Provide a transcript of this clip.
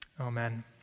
Amen